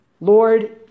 Lord